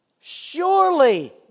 surely